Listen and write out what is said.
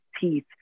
teeth